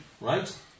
right